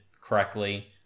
correctly